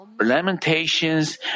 lamentations